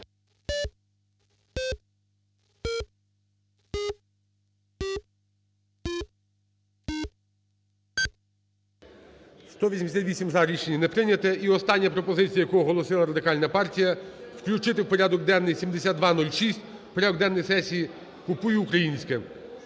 За-188 Рішення не прийняте. І остання пропозиція, яку оголосила Радикальна партія: включити в порядок денний 7206, в порядок денний сесії "Купуй українське".